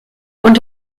und